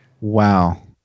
Wow